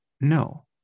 no